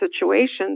situations